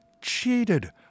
cheated